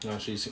you know she's